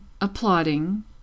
applauding